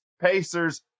Pacers